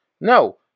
No